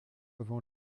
avant